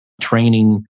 training